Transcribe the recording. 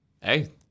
Hey